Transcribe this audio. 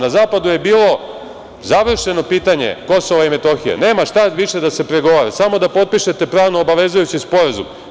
Na zapadu je bilo završeno pitanje Kosova i Metohije, nema šta više da se pregovara, samo da potpišete pravno-obavezujući sporazum.